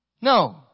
No